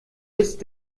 ist